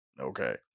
Okay